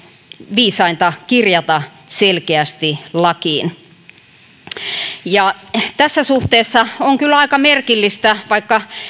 viisainta kirjata selkeästi lakiin tässä suhteessa on kyllä aika merkillistä vaikka